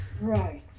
Right